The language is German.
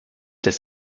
des